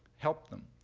helped them.